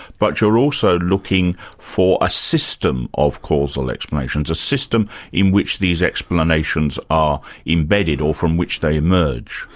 but you're also looking for a system of causal explanations, a system in which these explanations are embedded, or from which they emerge?